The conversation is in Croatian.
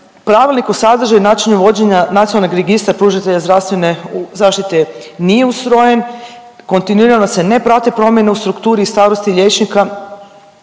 pravilnik o sadržaju i načinu vođenja Nacionalnog registra pružatelja zdravstvene zaštite nije ustrojen, kontinuirano se ne prate promjene o strukturi i starosti liječnika,